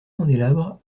candélabres